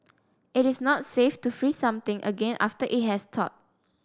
it is not safe to freeze something again after it has thawed